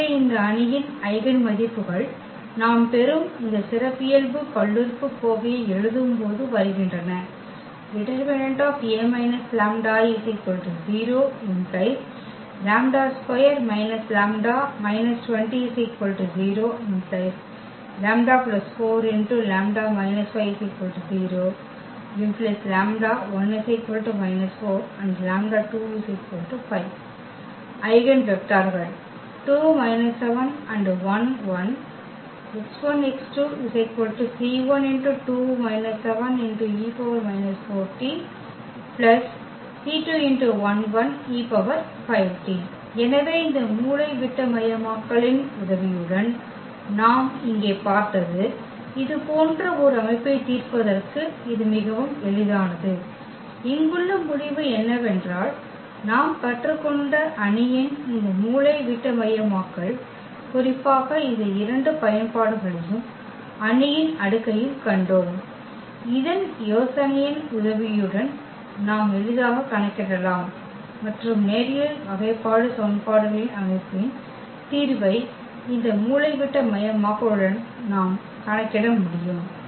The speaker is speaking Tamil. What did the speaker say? எனவே இந்த அணியின் ஐகென் மதிப்புகள் நாம் பெறும் இந்த சிறப்பியல்பு பல்லுறுப்புக்கோவையை எழுதும்போது வருகின்றன det A − λI 0 ⟹ λ2 − λ − 20 0 ⟹ λ 4λ − 5 0 ⟹ λ1 −4 λ2 5 ஐகென் வெக்டர்கள் எனவே இந்த மூலைவிட்டமயமாக்கலின் உதவியுடன் நாம் இங்கே பார்த்தது இதுபோன்ற ஒரு அமைப்பைத் தீர்ப்பதற்கு இது மிகவும் எளிதானது இங்குள்ள முடிவு என்னவென்றால் நாம் கற்றுக்கொண்ட அணியின் இந்த மூலைவிட்டமயமாக்கல் குறிப்பாக இந்த இரண்டு பயன்பாடுகளையும் அணியின் அடுக்கையும் கண்டோம் இதன் யோசனையின் உதவியுடன் நாம் எளிதாக கணக்கிடலாம் மற்றும் நேரியல் வகைபாடு சமன்பாடுகளின் அமைப்பின் தீர்வை இந்த மூலைவிட்டமயமாக்கலுடன் நாம் கணக்கிட முடியும்